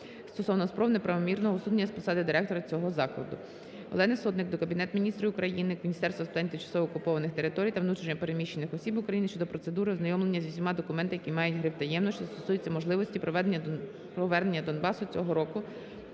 стосовно спроб неправомірного усунення з посади директора цього закладу. Олени Сотник до Кабінету Міністрів України, Міністерства з питань тимчасово окупованих територій та внутрішньо переміщених осіб України щодо процедури ознайомлення зі всіма документами, які мають гриф "таємно" та стосуються можливості повернення Донбасу цього року